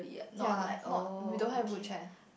ya not we don't have group chat